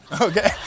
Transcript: okay